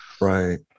Right